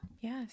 Yes